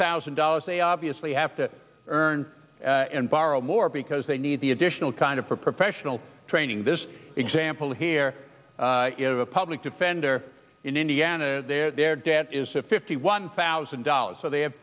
thousand dollars they obviously have to earn and borrow more because they need the additional kind of for professional training this example here is a public defender in indiana their debt is a fifty one thousand dollars so they